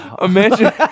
imagine